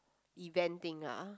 event thing ah